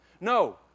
No